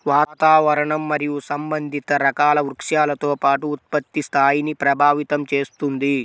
వాతావరణం మరియు సంబంధిత రకాల వృక్షాలతో పాటు ఉత్పత్తి స్థాయిని ప్రభావితం చేస్తుంది